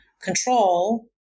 control